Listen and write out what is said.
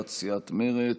הצעת סיעת מרצ.